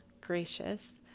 gracious